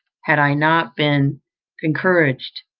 had i not been encouraged,